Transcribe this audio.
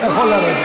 אתה יכול לרדת.